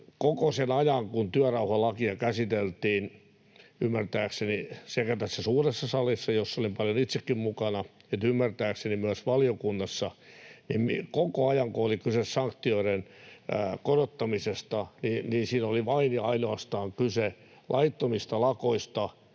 koko sen ajan, kun työrauhalakia käsiteltiin — sekä tässä suuressa salissa, jossa olin paljon itsekin mukana, että ymmärtääkseni myös valiokunnassa — kun oli kyse sanktioiden korottamisesta, siinä oli vain ja ainoastaan kyse laittomista lakoista